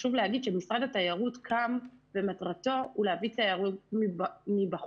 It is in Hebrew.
חשוב להגיד שמשרד התיירות קם ומטרתו היא להביא תיירות מבחוץ.